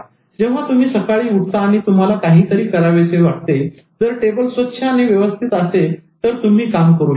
जेव्हा तुम्ही सकाळी उठता आणि तुम्हाला काहीतरी करावेसे वाटते जर टेबल स्वच्छ आणि व्यवस्थित असेल तर तुम्ही काम करू शकता